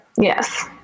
Yes